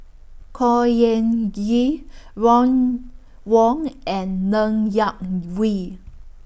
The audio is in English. Khor Ean Ghee Ron Wong and Ng Yak Whee